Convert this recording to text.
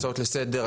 הצעות לסדר,